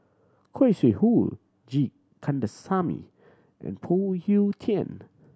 Khoo Sui Hoe G Kandasamy and Phoon Yew Tien